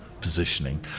positioning